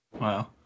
Wow